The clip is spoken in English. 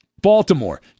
Baltimore